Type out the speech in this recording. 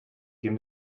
dem